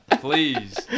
Please